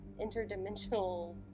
interdimensional